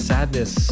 Sadness